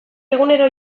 egunero